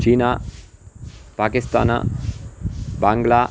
China Pakistan Bangla